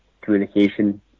communication